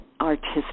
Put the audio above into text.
artistic